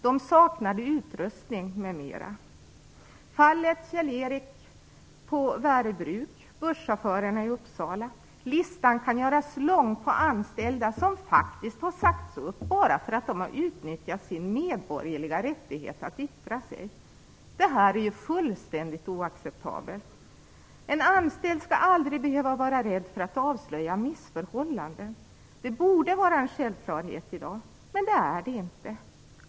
De saknade utrustning, m.m. Det finns fallet med Kjell-Erik Karlsson på Väröbruk, och busschaufförerna i Uppsala. Listan kan göras lång på anställda som har sagts upp därför att de har utnyttjat sin medborgerliga rättighet att yttra sig. Detta är fullständigt oacceptabelt. En anställd skall aldrig vara rädd för att avslöja missförhållanden. Det borde i dag vara en självklarhet, men det är det inte.